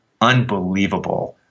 unbelievable